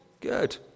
good